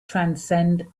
transcend